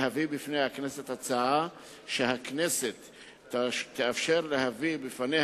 להביא לפני הכנסת את הצעתה שהכנסת תאפשר להביא לפניה,